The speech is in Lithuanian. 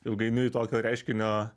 ilgainiui tokio reiškinio